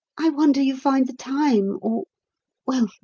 i wonder you find the time or well,